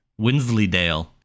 Winsleydale